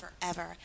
forever